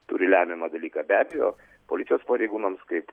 turi lemiamą dalyką be abejo policijos pareigūnams kaip